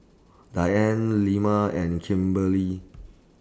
Dianne Lemma and Kimberlee